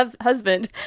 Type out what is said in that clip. husband